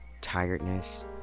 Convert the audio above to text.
tiredness